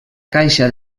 caixa